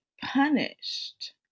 punished